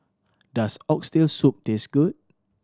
does Oxtail Soup taste good